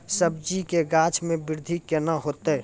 सब्जी के गाछ मे बृद्धि कैना होतै?